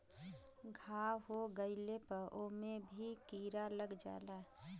घाव हो गइले पे ओमे भी कीरा लग जाला